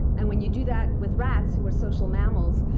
and when you do that with rats, who are social mammals,